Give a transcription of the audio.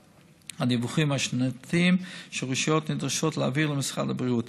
הדיווחים השנתיים שהרשויות נדרשות להעביר למשרד הבריאות.